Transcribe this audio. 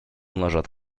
нажат